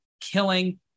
killing